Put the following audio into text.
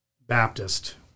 Baptist